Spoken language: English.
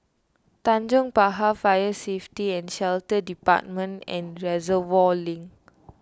Tanjong Pagar Fire Safety and Shelter Department and Reservoir Link